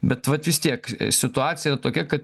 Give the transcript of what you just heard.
bet vat vis tiek situacija tokia kad